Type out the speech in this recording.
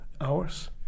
hours